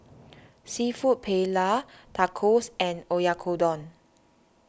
Seafood Paella Tacos and Oyakodon